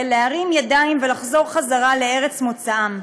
להרים ידיים ולחזור חזרה לארץ מוצאם.